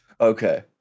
Okay